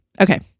Okay